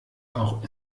auch